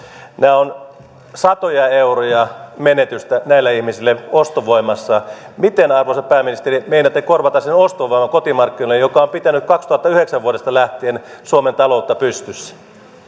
nämä ovat satoja euroja menetystä näille ihmisille ostovoimassa miten arvoisa pääministeri meinaatte korvata sen ostovoiman kotimarkkinoilla joka on pitänyt vuodesta kaksituhattayhdeksän lähtien suomen taloutta pystyssä